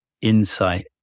insight